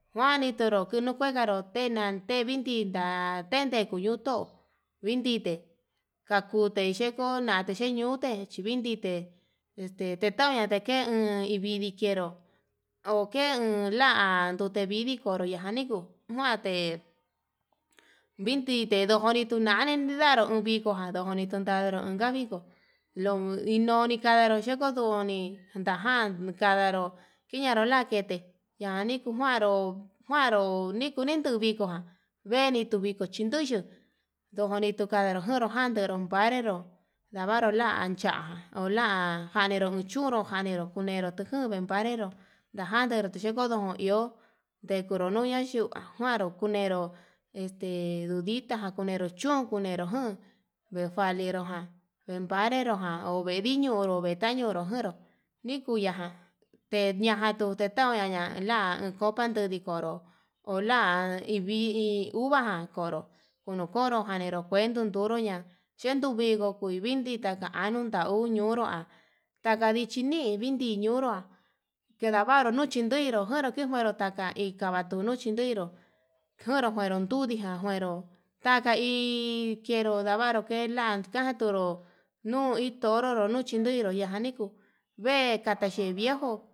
Juanituru kunu kuekaro tenan tevinti ta'a ten nikuñoto, vindite kakute xhikona texhute chin kenvite este tetauña teke viidi kenró ho ke uun la ndutevidi kuro ñajan nikuu, nade vindite nuko nuu nen indaru uviko adoni tuntauru lan viko non inonika kanru yekuu nduni ndajan kalaro kiyado lake, yani kuu njuaro kuaro niku nikuviko na vini tuu viku chindui yuu ndokoni tukavaro njuru kandero pare'e, nero ndavaro la chaola njanero chui janero kunero tuku vanero ndajanero chiko iho ndo dekunuro yu kua yunga juanu kunero este ndudita kunero chún, kuneru njun nikualiru ján empadero jan onre niñonró vatañodo njonró nikuya jan teñajan tute toñajan enla copa ola ndikoro ola ivi'í uvajan konró no konro kanero kuento nduruña chen nuu vinguo ku vindi taka anuu tauu ñunroa taka vichi nii vindii ñunrua, kendavairu nuu chinduiro ndajaro ni kuero ndaja hi kavatu nuu chinuido konro njuero nudijan njuero taka hi, kenro ndavaru ke lan kaja tunru nuu hi toro no noi chinduiyu nana nikuu vee kata xhi viejo.